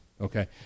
Okay